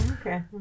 Okay